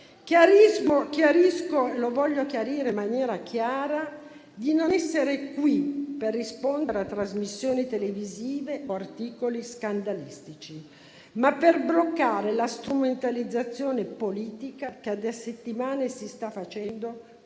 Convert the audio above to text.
illustrarvi. Voglio chiarire di essere qui non per rispondere a trasmissioni televisive o articoli scandalistici, ma per bloccare la strumentalizzazione politica che da settimane si sta facendo